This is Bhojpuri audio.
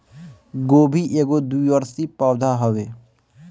गोभी एगो द्विवर्षी पौधा हवे